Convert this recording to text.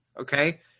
okay